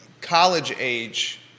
college-age